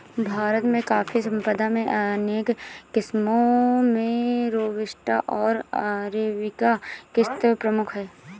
भारत में कॉफ़ी संपदा में अनेक किस्मो में रोबस्टा ओर अरेबिका किस्म प्रमुख है